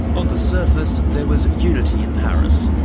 on the surface, there was unity in paris,